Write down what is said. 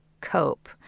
cope